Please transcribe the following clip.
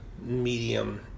medium